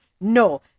No